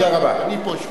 אני פה אשמור.